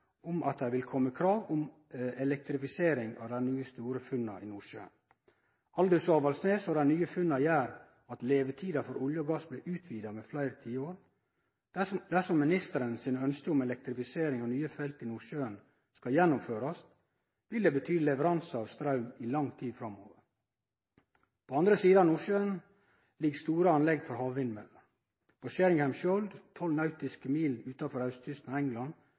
om at det vil kome krav om elektrifisering av dei nye, store funna i Nordsjøen. Aldous/Avaldsnes og dei nye funna gjer at levetida for olje og gass blir utvida med fleire tiår. Dersom ministeren sitt ønskje om elektrifisering av nye felt i Nordsjøen skal gjennomførast, vil det bety leveransar av straum i lang tid framover. På den andre sida av Nordsjøen ligg store anlegg for havvindmøller. På Sheringham Shoal, 12 nautiske mil utanfor austkysten av England,